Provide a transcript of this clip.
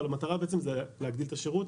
אבל המטרה היא להגדיל את השירות.